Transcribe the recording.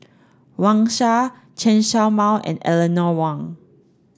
Wang Sha Chen Show Mao and Eleanor Wong